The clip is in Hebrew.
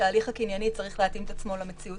שההליך הקנייני צריך להתאים את עצמו למציאות